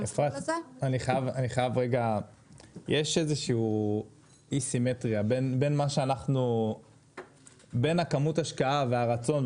יש איזו שהיא אי סימטריה בין כמות ההשקעה והרצון,